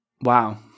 Wow